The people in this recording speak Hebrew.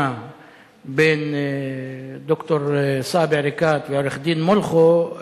בין ד"ר סאיב עריקאת ועורך-דין מולכו,